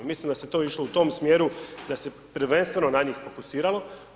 Mislim da se to išlo u tom smjeru da se prvenstveno na njih fokusiralo.